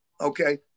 Okay